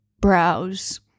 browse